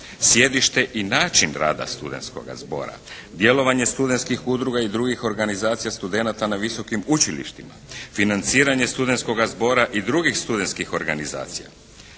sjedište i način rada studentskoga zbora, djelovanje studentskih udruga i drugih organizacija studenata na visokim učilištima, financiranje studentskoga zbora i drugih studentskih organizacija,